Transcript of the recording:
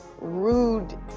rude